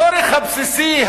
הצורך הבסיסי,